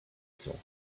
diesel